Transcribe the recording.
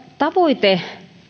tavoite